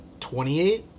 28